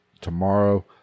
tomorrow